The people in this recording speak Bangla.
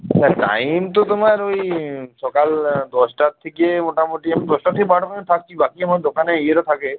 হ্যাঁ টাইম তো তোমার ওই সকাল দশটার থিকে মোটামুটি আমি দশটার থেকে বারোটা পর্যন্ত থাকছি বাকি আমার দোকানে ইয়েরা থাকে